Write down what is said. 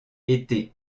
été